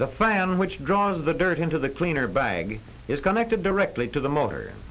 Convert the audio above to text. the fan which draws the dirt into the cleaner bag is connected directly to the motor